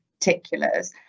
particulars